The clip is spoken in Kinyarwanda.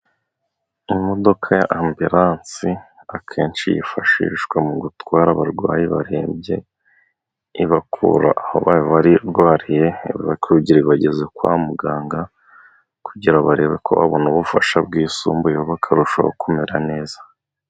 Imodoka ya ambulance, akenshi yifashishwa mu gutwara abarwayi barembye, ibakura aho bari barwariye, kugira ngo ibageze kwa muganga, kugira ngo barebe ko babona ubufasha bwisumbuye bakarushaho kumera neza.